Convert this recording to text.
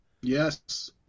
Yes